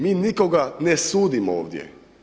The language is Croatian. Mi nikoga ne sudimo ovdje.